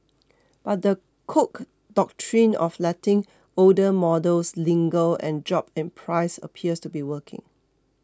but the Cook Doctrine of letting older models linger and drop in price appears to be working